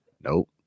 nope